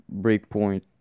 Breakpoint